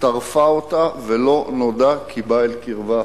טרפה אותה, ולא נודע כי בא אל קרבה.